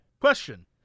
Question